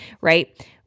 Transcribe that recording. right